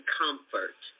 comfort